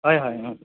হয় হয় অঁ